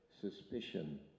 suspicion